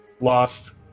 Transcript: lost